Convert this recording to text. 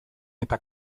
eta